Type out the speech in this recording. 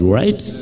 right